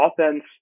offense